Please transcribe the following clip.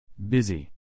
Busy